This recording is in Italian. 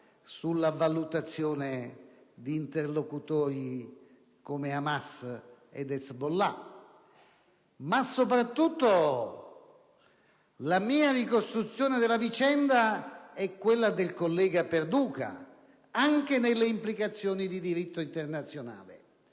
sulla valutazione di interlocutori come Hamas e Hezbollah, ma soprattutto la mia ricostruzione della vicenda è quella del collega Perduca, anche nelle implicazioni di diritto internazionale.